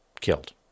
killed